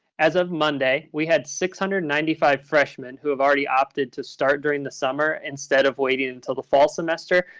as of monday, we had six hundred and ninety five freshmen who have already opted to start during the summer instead of waiting until the fall semester.